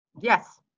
yes